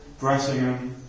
Bressingham